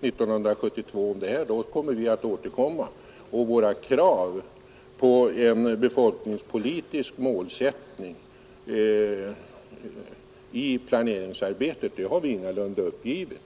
1972. Då skall vi återkomma. Våra krav på en befolkningspolitisk målsättning i planeringsarbetet har vi ingalunda uppgivit.